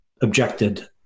objected